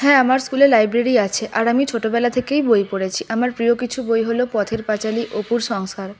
হ্যাঁ আমার স্কুলে লাইব্রেরি আছে আর আমি ছোটবেলা থেকেই বই পড়েছি আমার প্রিয় কিছু বই হল পথের পাঁচালী অপুর সংসার